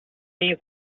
see